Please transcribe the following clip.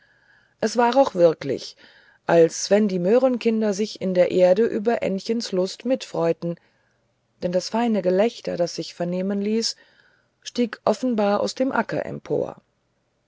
es war auch wirklich als wenn die möhrenkinder sich in der erde über ännchens lust mitfreuten denn das feine gelächter das sich vernehmen ließ stieg offenbar aus dem acker empor